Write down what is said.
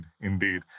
indeed